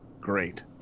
Great